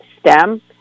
STEM